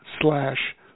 slash